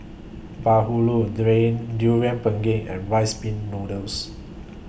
Bahulu during Durian Pengat and Rice Pin Noodles